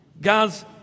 Guys